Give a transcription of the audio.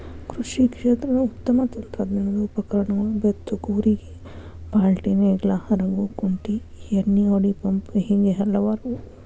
ಕೃಷಿ ಕ್ಷೇತ್ರದ ಉತ್ತಮ ತಂತ್ರಜ್ಞಾನದ ಉಪಕರಣಗಳು ಬೇತ್ತು ಕೂರಿಗೆ ಪಾಲ್ಟಿನೇಗ್ಲಾ ಹರಗು ಕುಂಟಿ ಎಣ್ಣಿಹೊಡಿ ಪಂಪು ಹೇಗೆ ಹಲವಾರು